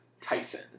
Tyson